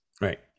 Right